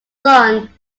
son